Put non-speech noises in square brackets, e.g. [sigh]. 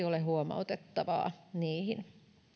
[unintelligible] ole huomautettavaa niihin